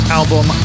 album